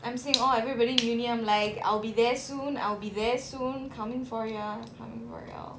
I'm seeing orh everybody university I'm like I'll be there soon I'll be there soon coming for ya for you all